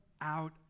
out